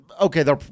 Okay